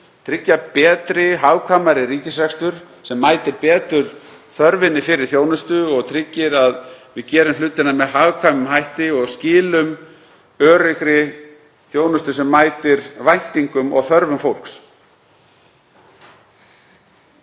tryggja betri og hagkvæmari ríkisrekstur sem mætir betur þörfinni fyrir þjónustu og tryggir að við gerum hlutina með hagkvæmum hætti og skilum öruggri þjónustu sem mætir væntingum og þörfum fólks.